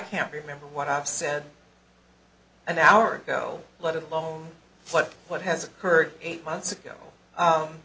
can't remember what i've said an hour ago let alone what has occurred eight months ago